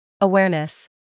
Awareness